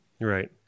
Right